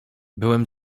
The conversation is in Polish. byłem